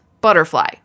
butterfly